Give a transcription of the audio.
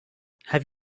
have